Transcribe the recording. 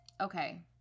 Okay